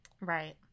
Right